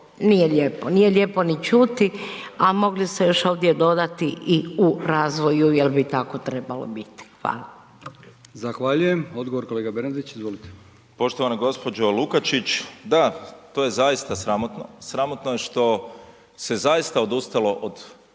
nije lijepo, nije lijepo ni čuti a mogli ste još ovdje dodati i u razvoju jer bi tako trebalo biti. Hvala. **Brkić, Milijan (HDZ)** Zahvaljujem, odgovor, kolega Bernardić, izvolite. **Bernardić, Davor (SDP)** Poštovana gđo. Lukačić, da, to je zaista sramotno, sramotno je što se zaista odustalo od